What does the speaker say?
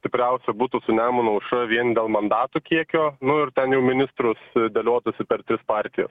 tikriausia būtų su nemuno aušra vien dėl mandatų kiekio nu ir ten jau ministrus dėliotųsi per tris partijas